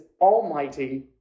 almighty